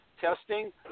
testing